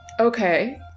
Okay